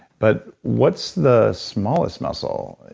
but what's the smallest muscle?